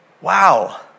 Wow